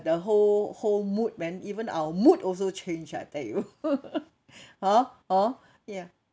the whole whole mood man even our mood also change I tell you hor hor ya